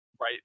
right